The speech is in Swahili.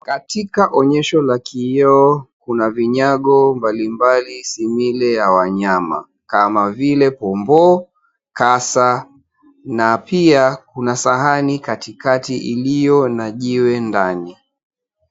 Katika onyesho la kioo kuna vinyago mbalimbali simile ya wanyama kama vile pomboo, kasa na pia kuna sahani katikati iliyo na jiwe ndani.